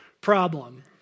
problem